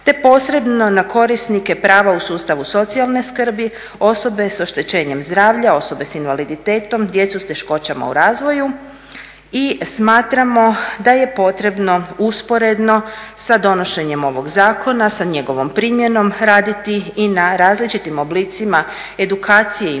te posredno na korisnike prava u sustavu socijalne skrbi, osobe s oštećenjem zdravlja, osobe s invaliditetom, djecu s teškoćama u razvoju i smatramo da je potrebno usporedno sa donošenjem ovog zakona, sa njegovom primjenom, raditi i na različitim oblicima edukacije i